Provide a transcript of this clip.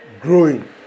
growing